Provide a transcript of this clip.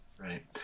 right